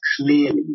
clearly